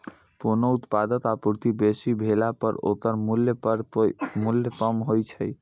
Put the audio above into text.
कोनो उत्पादक आपूर्ति बेसी भेला पर ओकर मूल्य कम होइ छै